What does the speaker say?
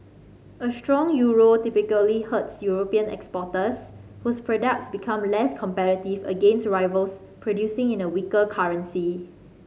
a strong euro typically hurts European exporters whose products become less competitive against rivals producing in a weaker currency